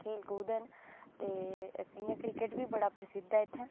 खेढकुद्द न ते इ'यां क्रिकेट बी बड़ा प्रसिद्ध ऐ इत्थै